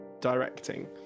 directing